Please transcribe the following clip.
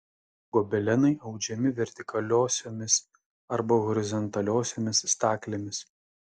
gobelenai audžiami vertikaliosiomis arba horizontaliosiomis staklėmis